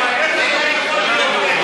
איך אתה יכול להיות נגד?